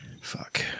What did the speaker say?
Fuck